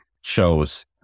shows